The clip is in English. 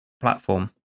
platform